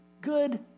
good